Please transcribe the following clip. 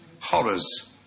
horrors